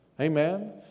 Amen